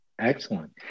Excellent